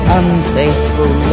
unfaithful